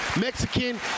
Mexican